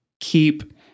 keep